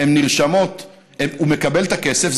הוא מקבל את הכסף.